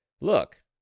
Look